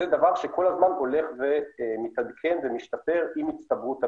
זה דבר שכל הזמן הולך ומתעדכן ומשתפר עם הצטברות המידע.